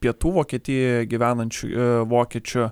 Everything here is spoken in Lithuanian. pietų vokietijoje gyvenančių vokiečių